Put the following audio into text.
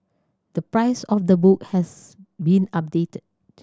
the price of the book has been updated